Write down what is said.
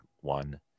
one